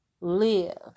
live